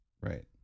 Right